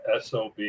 sob